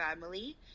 family